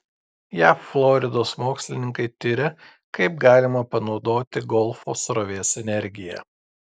jav floridos mokslininkai tiria kaip galima panaudoti golfo srovės energiją